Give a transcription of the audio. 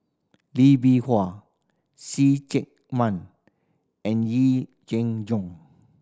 Lee Bee Wah See Chak Mun and Yee Jenn Jong